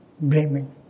blaming